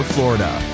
Florida